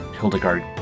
Hildegard